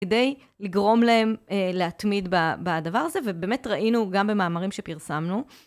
כדי לגרום להם להתמיד בדבר זה, ובאמת ראינו גם במאמרים שפרסמנו.